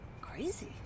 crazy